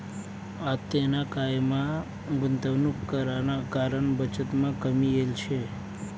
आतेना कायमा गुंतवणूक कराना कारण बचतमा कमी येल शे